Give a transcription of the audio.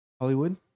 Hollywood